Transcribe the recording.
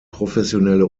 professionelle